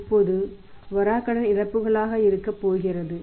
இப்போது வராக்கடன் இழப்புகளாக இருக்கப் போகின்றன